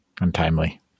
untimely